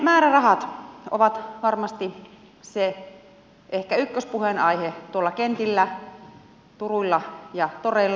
liikennemäärärahat ovat varmasti se ehkä ykköspuheenaihe tuolla kentillä turuilla ja toreilla